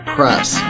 Press